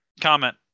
comment